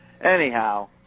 anyhow